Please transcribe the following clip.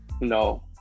No